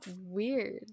weird